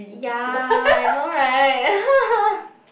ya I know right